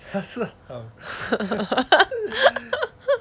他是好人